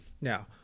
Now